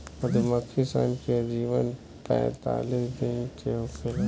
मधुमक्खी सन के जीवन पैतालीस दिन के होखेला